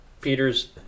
Peter's